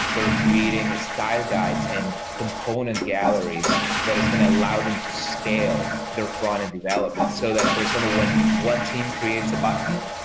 are creating style guides and component galleries that is going to allow them to scale their frontend development. so that for example when one team creates a button,